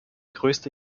größte